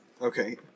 Okay